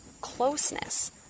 closeness